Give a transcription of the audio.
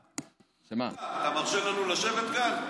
אתה מרשה לנו לשבת כאן?